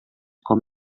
com